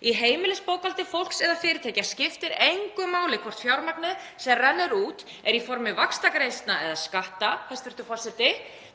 Í heimilisbókhaldi fólks eða fyrirtækja skiptir engu máli hvort fjármagnið sem rennur út er í formi vaxtagreiðslna eða skatta, hæstv. forseti.